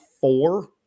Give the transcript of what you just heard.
four